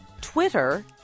Twitter